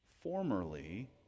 Formerly